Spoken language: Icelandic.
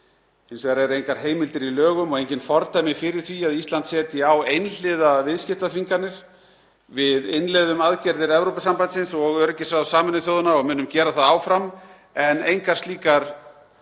Hins vegar eru engar heimildir í lögum og engin fordæmi fyrir því að Ísland setji á einhliða viðskiptaþvinganir. Við innleiðum aðgerðir Evrópusambandsins og öryggisráðs Sameinuðu þjóðanna og munum gera það áfram en engar slíkar